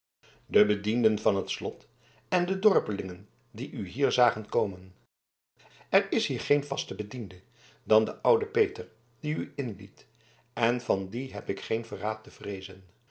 de bedienden van het slot en de dorpelingen die u hier zagen komen er is hier geen vaste bediende dan de oude peter die u inliet en van dien heb ik geen verraad te vreezen